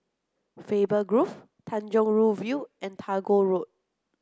Faber Grove Tanjong Rhu View and Tagore Road